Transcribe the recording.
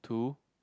two